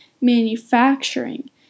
manufacturing